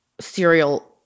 serial